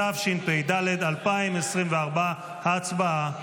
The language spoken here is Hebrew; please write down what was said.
התשפ"ד 2024. הצבעה.